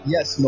Yes